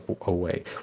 away